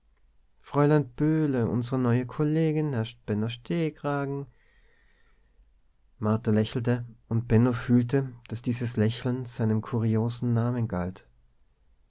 fräulein böhle unsere neue kollegin herr benno stehkragen martha lächelte und benno fühlte daß dieses lächeln seinem kuriosen namen galt